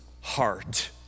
heart